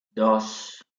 dos